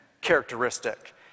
characteristic